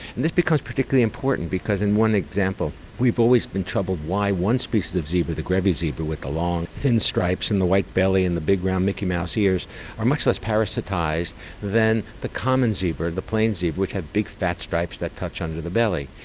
and this becomes particularly important because in one example we've always been troubled why one species of zebra, the grevy's zebra with the long, thin stripes and the white belly and the big round mickey mouse ears are much less parasitised than the common zebra, the plain zebra which have big fat stripes that touch under the belly.